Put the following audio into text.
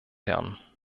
herren